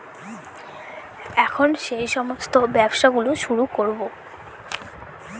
এখন সেই সমস্ত ব্যবসা গুলো শুরু করবো